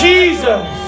Jesus